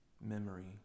memory